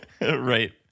Right